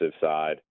side